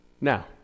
Now